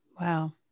Wow